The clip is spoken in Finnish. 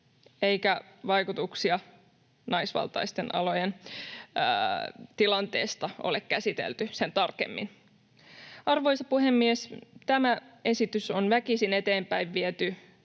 eikä vaikutuksia naisvaltaisten alojen tilanteesta ole käsitelty sen tarkemmin. Arvoisa puhemies! Tämä esitys on väkisin eteenpäin viety